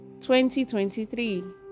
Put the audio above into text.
2023